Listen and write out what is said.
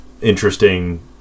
interesting